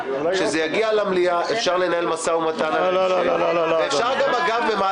כשזה יגיע למליאה אפשר לנהל משא ומתן על ההמשך ואפשר במהלך